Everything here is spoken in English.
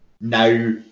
now